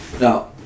Now